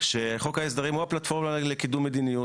שחוק ההסדרים הוא הפלטפורמה לקידום מדיניות.